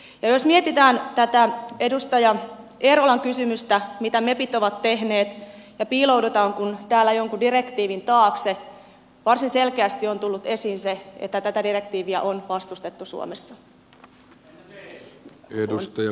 ja jos mietitään tätä edustaja eerolan kysymystä mitä mepit ovat tehneet ja piiloudutaanko täällä jonkun direktiivin taakse niin varsin selkeästi on tullut esiin se että tätä direktiiviä on vastustettu suomessa